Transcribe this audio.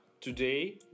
today